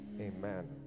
amen